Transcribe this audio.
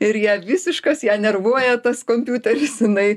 ir ją visiškas ją nervuoja tas kompiuteris jinai